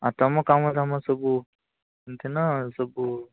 ଆଉ ତମ କାମ ଦାମ ସବୁ ଏମିତି ନା ସବୁ